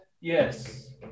Yes